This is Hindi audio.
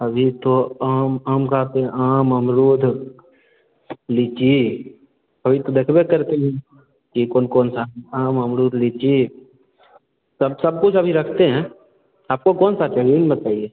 अभी तो आम आम का पेड़ आम अमरूद लीची वही तो बेचबे करते हैं कि कौन कौन सा आम अमरूद लीची तो हम सब कुछ अभी रखते हैं आपको कौन सा चाहिए यह बताइए